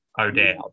O'Dowd